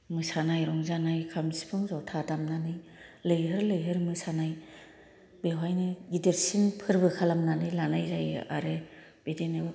मोसानाय रंजानाय खाम सिफुं ज'था दामनानै लैहोर लैहोर मोसानाय बेवहायनो गिदिरसिन फोरबो खालामनानै लानाय जायो आरो